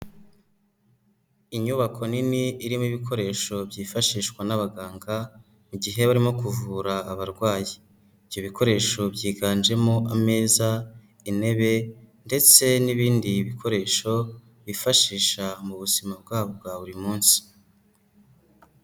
Inyubako nini irimo ibikoresho byifashishwa n'abaganga mu gihe barimo kuvura abarwayi. Ibyo bikoresho byiganjemo ameza, intebe ndetse n'ibindi bikoresho bifashisha mu buzima bwabo bwa buri munsi.